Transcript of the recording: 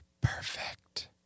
perfect